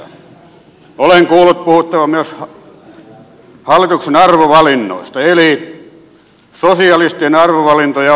olen kuullut puhuttavan myös hallituksen arvovalinnoista eli sosialistien arvovalintoja on lapsilisien leikkaus